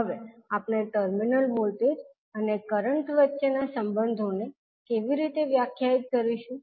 હવે આપણે terminal voltage અને કરંટ વચ્ચેના સંબંધોને કેવી રીતે વ્યાખ્યાયિત કરીશું